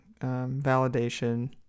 validation